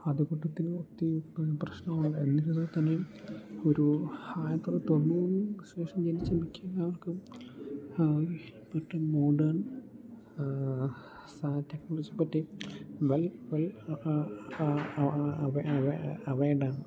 അതുകൂട്ടത്തിന് ഒത്തി പ്രശ്നം എന്നിരുന്നാൽ തന്നെ ഒരു ആയിരത്തി തൊണ്ണൂറ് ശേഷം ജനിച്ച മിക്ക അവർക്കും മറ്റെ മോഡേൺ സ ടെക്നോളജി പറ്റി വെൽ വെൽ അവയഡാണ്